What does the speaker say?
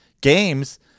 games